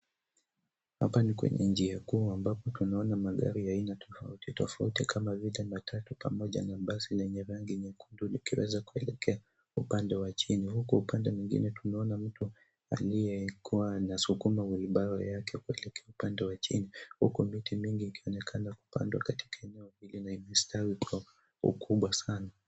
Hapa ni kwenye njia kuu ambapo tunaona magari ya aina tofautitofauti kama vile matatu pamoja na basi lenye rangi nyekundu likiweza kuelekea upande wa chini huku upande mwingine tunaona aliyekuwa anasukuma wilbaro yake kuelekea upande wa chini, huku miti mingi ukionekana upande wa katika eneo hili na imestawi kwa ukubwa sana.